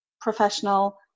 professional